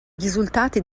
risultati